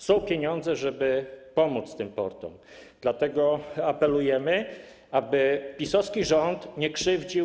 Są pieniądze, żeby pomóc tym portom, dlatego apelujemy, aby PiS-owski rząd ich nie krzywdził.